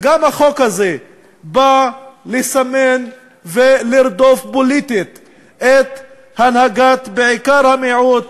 והוא גם בא לסמן ולרדוף פוליטית בעיקר את הנהגת המיעוט,